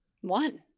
One